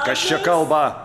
kas čia kalba